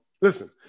listen